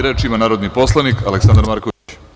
Reč ima narodni poslanik Aleksandar Marković.